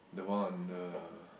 the one on the